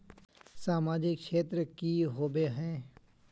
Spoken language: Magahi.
सामाजिक क्षेत्र की होबे है?